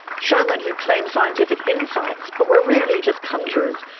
showmen who claimed scientific insights but were really just conjurers,